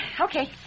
Okay